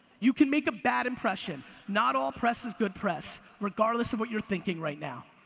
you can make a bad impression. not all press is good press, regardless of what you're thinking right now.